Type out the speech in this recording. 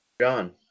John